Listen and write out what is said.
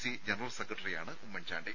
C general സെക്രട്ടറിയാണ് ഉമ്മൻചാണ്ടി